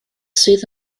sydd